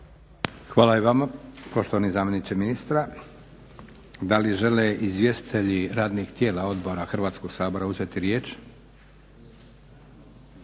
Hvala i vama poštovani zamjeniče ministra. Da li žele izvjestitelji radnih tijela odbora Hrvatskog sabora uzeti riječ?